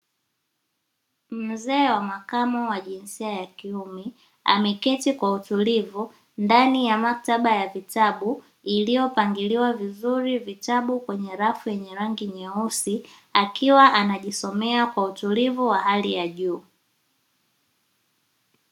Mzee wa makamo wa jinsia ya kiume ameketi kwa utulivu ndani ya maktaba ya vitabu, iliyopangiliwa vizuri vitabu kwenye rafu yenye rangi nyeusi akiwa anajisomea kwa utulivu wa hali ya juu.